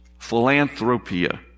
philanthropia